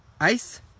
ice